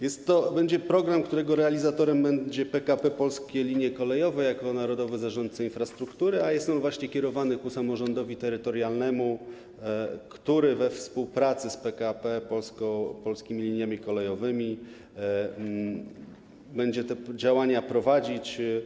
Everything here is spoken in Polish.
Więc to będzie program, którego realizatorem będzie PKP Polskie Linie Kolejowe jako narodowy zarządca infrastruktury, a jest on kierowany do samorządu terytorialnego, który we współpracy z PKP Polskimi Liniami Kolejowymi będzie te działania prowadzić.